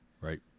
Right